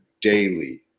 daily